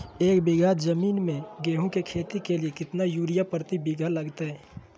एक बिघा जमीन में गेहूं के खेती के लिए कितना यूरिया प्रति बीघा लगतय?